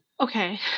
Okay